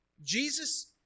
Jesus